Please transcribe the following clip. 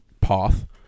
path